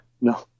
No